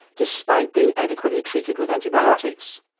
despite being adequately treated with antibiotics.